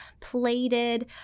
Plated